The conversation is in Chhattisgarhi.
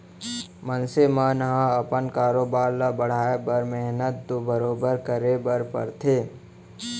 मनसे मन ह अपन कारोबार ल बढ़ाए बर मेहनत तो बरोबर करे बर परथे